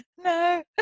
No